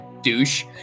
douche